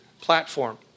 platform